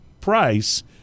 price